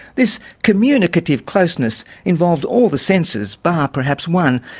this communicative closeness involved all the senses bar perhaps one.